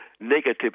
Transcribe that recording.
negative